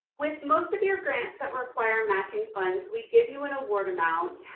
with most of your grants that require matching funds, we give you an award amount,